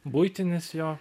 buitinis jo